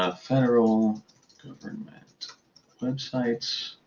ah federal government websites,